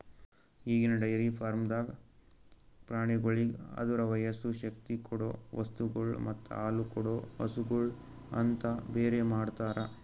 ಈಗಿನ ಡೈರಿ ಫಾರ್ಮ್ದಾಗ್ ಪ್ರಾಣಿಗೋಳಿಗ್ ಅದುರ ವಯಸ್ಸು, ಶಕ್ತಿ ಕೊಡೊ ವಸ್ತುಗೊಳ್ ಮತ್ತ ಹಾಲುಕೊಡೋ ಹಸುಗೂಳ್ ಅಂತ ಬೇರೆ ಮಾಡ್ತಾರ